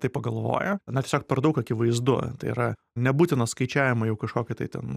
tai pagalvoja na tiesiog per daug akivaizdu tai yra nebūtina skaičiavimą jau kažkokį tai ten